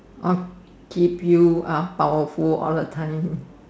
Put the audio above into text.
off C_P_U are powerful all the time